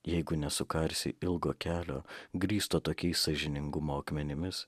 jeigu nesukarsi ilgo kelio grįsto tokiais sąžiningumo akmenimis